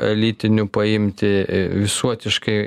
elitinių paimti visuotiškai